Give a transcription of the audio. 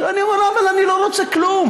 אני אומר לו: אבל אני לא רוצה כלום,